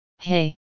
Hey